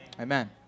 Amen